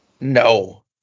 No